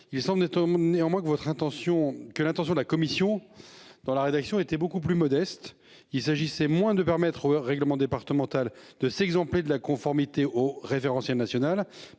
que votre intention. Que l'intention de la commission dans la rédaction était beaucoup plus modeste. Il s'agissait moins de permettre au règlement départemental de c'est qu'ils ont pris de la conformité aux référentiels national